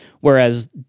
Whereas